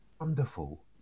wonderful